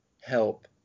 help